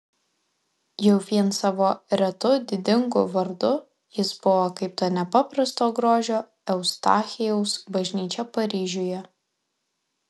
jau vien savo retu didingu vardu jis buvo kaip ta nepaprasto grožio eustachijaus bažnyčia paryžiuje